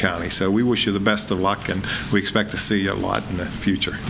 county so we wish you the best of luck and we expect to see a lot of that future